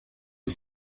les